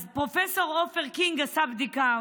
פרופ' עופר קינג עשה בדיקה,